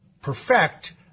perfect